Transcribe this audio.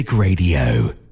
Radio